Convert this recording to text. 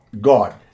God